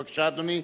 בבקשה, אדוני.